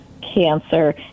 cancer